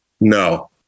No